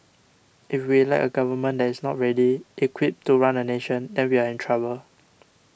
if we elect a government that is not ready equipped to run a nation then we are in trouble